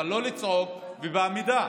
אבל לא לצעוק בעמידה.